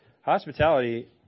hospitality